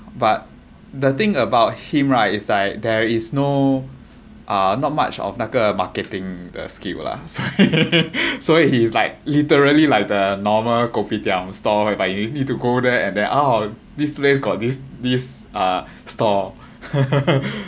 but the thing about him right it's like there is no uh not much of 那个 marketing 的 thing[lah] 所以 he's like literally like the normal kopitiam stall whereby you need to go there and then like ah this place got this this this store